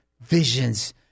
visions